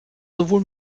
sowohl